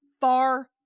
far